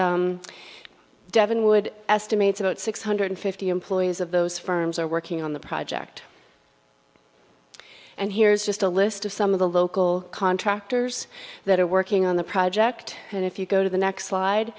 and devon would estimate about six hundred fifty employees of those firms are working on the project and here is just a list of some of the local contractors that are working on the project and if you go to the next slide